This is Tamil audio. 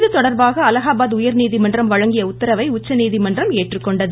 இதுதொடர்பாக அலகாபாத் உயர்நீதிமன்றம் வழங்கிய உத்தரவை உச்சநீதிமன்றம் ஏற்றுக்கொண்டுள்ளது